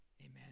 amen